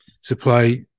Supply